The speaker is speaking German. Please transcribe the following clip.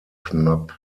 knapp